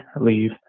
leave